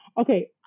Okay